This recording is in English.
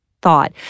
thought